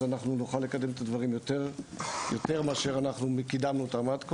אנחנו נוכל לקדם את הדברים יותר מאשר אנחנו קידמנו אותם עד כה.